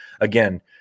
again